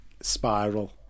spiral